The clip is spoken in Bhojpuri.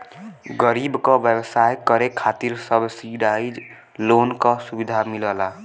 गरीब क व्यवसाय करे खातिर सब्सिडाइज लोन क सुविधा मिलला